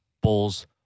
Bulls